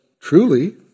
truly